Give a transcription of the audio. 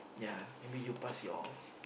ya maybe you pass your